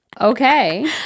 Okay